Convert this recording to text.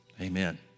Amen